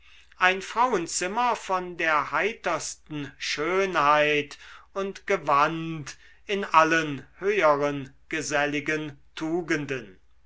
ein frauenzimmer von der heitersten schönheit und gewandt in allen höheren geselligen tugenden